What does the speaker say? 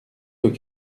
aux